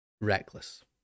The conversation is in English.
reckless